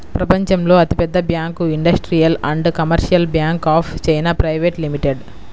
ప్రపంచంలో అతిపెద్ద bank industrial and commercial bank of China private limited